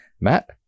Matt